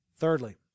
Thirdly